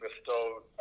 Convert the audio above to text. bestowed